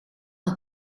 een